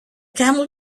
camel